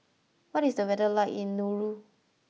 what is the weather like in Nauru